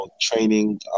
training